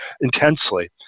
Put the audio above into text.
intensely